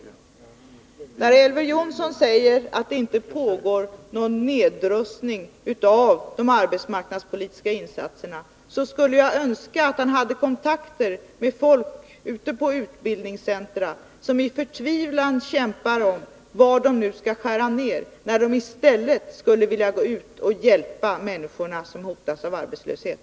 När Elver Jonsson säger att det inte pågår någon nedrustning när det gäller de arbetsmarknadspolitiska insatserna, skulle jag önska att han på utbildningscentra hade kontakter med folk som förtvivlat kämpar med frågan var de nu skall skära ned, då de i stället skulle vilja gå ut och hjälpa de människor som hotas av arbetslöshet.